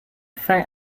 fin